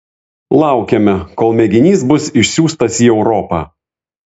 laukiame kol mėginys bus išsiųstas į europą